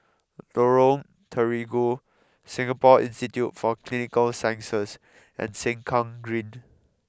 Lorong Terigu Singapore Institute for Clinical Sciences and Sengkang Green